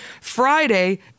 Friday